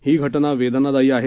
ही घटना वेदनादायी आहे